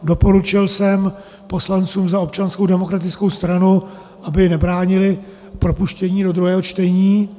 Doporučil jsem poslancům za Občanskou demokratickou stranu, aby nebránili propuštění do druhého čtení.